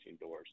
doors